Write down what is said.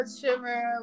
shimmer